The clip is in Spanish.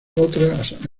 otras